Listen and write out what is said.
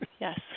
yes